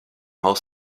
haus